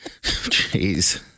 Jeez